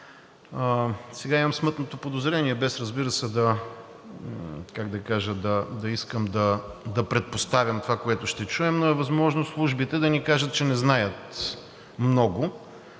Сега имам смътното подозрение, без, разбира се – как да кажа, да искам да предпоставям това, което ще чуем, но е възможно от службите да ни кажат, че не знаят много,